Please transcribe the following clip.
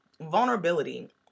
vulnerability